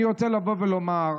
אני רוצה לבוא ולומר,